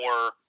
more